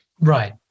Right